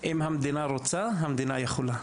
אם המדינה רוצה, המדינה יכולה.